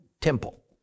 temple